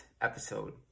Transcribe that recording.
episode